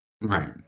Right